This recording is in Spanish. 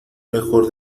mejor